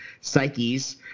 psyches